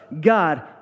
God